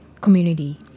community